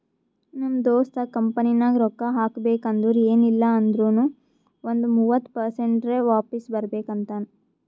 ನಮ್ ದೋಸ್ತ ಕಂಪನಿನಾಗ್ ರೊಕ್ಕಾ ಹಾಕಬೇಕ್ ಅಂದುರ್ ಎನ್ ಇಲ್ಲ ಅಂದೂರ್ನು ಒಂದ್ ಮೂವತ್ತ ಪರ್ಸೆಂಟ್ರೆ ವಾಪಿಸ್ ಬರ್ಬೇಕ ಅಂತಾನ್